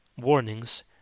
warnings